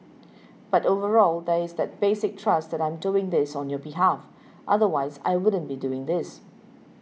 but overall there is that basic trust that I'm doing this on your behalf otherwise I wouldn't be doing this